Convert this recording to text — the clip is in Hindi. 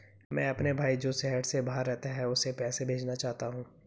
मैं अपने भाई जो शहर से बाहर रहता है, उसे पैसे भेजना चाहता हूँ